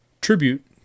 tribute